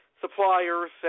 suppliers